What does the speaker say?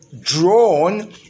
drawn